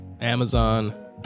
Amazon